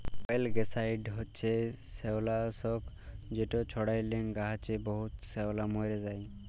অয়েলগ্যাসাইড হছে শেওলালাসক যেট ছড়াইলে গাহাচে বহুত শেওলা মইরে যায়